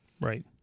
Right